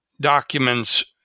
documents